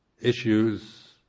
issues